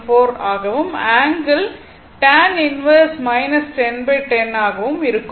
14 ஆகவும் angle tan 1 1010 ஆக இருக்கும்